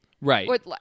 Right